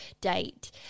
date